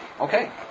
Okay